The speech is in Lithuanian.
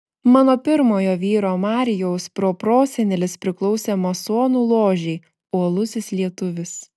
mano pirmojo vyro marijaus proprosenelis priklausė masonų ložei uolusis lietuvis